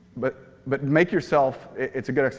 but but make yourself, it's a good